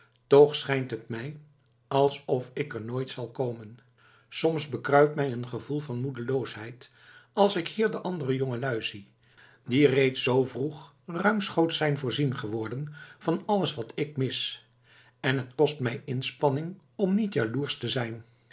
toch schijnt het mij alsof ik er nooit zal komen soms bekruipt mij een gevoel van moedeloosheid als ik hier de andere jongelui zie die reeds zoo vroeg ruimschoots zijn voorzien geworden van alles wat ik mis en t kost mij inspanning om niet jaloersch te zijn